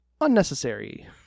unnecessary